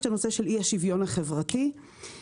יש את הנושא של אי השוויון החברתי וכמובן